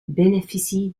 bénéficie